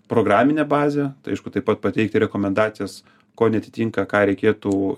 programinę bazę tai aišku taip pat pateikti rekomendacijas ko neatitinka ką reikėtų